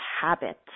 habit